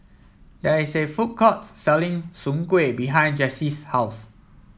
there is a food court selling Soon Kuih behind Jessy's house